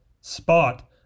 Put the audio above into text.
Spot